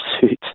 suit